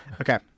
Okay